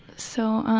so,